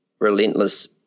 relentless